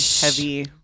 heavy